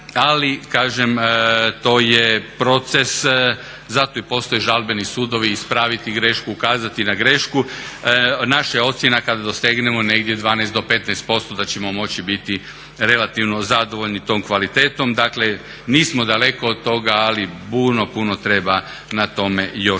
ali kažem to je proces, zato i postoji žalbeni sudovi, ispraviti grešku, ukazati na grašku. Naša je ocjena kada dosegnemo negdje 12 do 15% da ćemo moći biti relativno zadovoljni tom kvalitetom. Dakle, nismo daleko od toga ali puno, puno treba na tome još